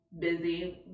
busy